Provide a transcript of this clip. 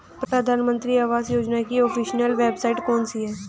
प्रधानमंत्री आवास योजना की ऑफिशियल वेबसाइट कौन सी है?